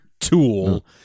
tool